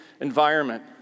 environment